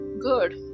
good